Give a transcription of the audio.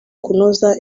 kunoza